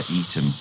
eaten